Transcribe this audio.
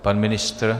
Pan ministr?